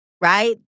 right